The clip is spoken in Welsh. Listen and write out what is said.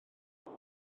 ydyn